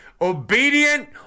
obedient